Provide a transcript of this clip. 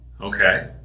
Okay